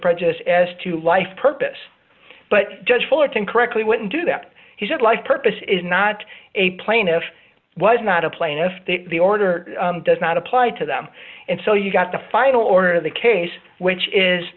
prejudice as to life purpose but judge fullerton correctly wouldn't do that he said life purpose is not a plaintiff was not a plaintiff the order does not apply to them and so you got the final order of the case which is